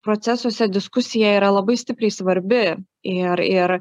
procesuose diskusija yra labai stipriai svarbi ir ir